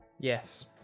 Yes